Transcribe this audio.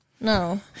No